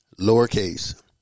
lowercase